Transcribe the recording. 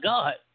God